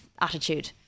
attitude